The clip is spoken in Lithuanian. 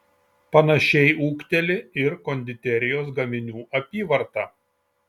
panašiai ūgteli ir konditerijos gaminių apyvarta